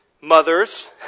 mothers